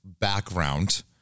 background